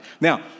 Now